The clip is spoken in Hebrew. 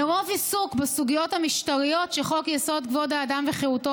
מרוב עיסוק בסוגיות המשטריות שחוק-יסוד: כבוד האדם וחירותו